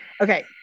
okay